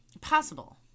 possible